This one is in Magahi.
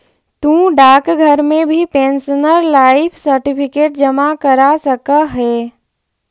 तु डाकघर में भी पेंशनर लाइफ सर्टिफिकेट जमा करा सकऽ हे